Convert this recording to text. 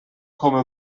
come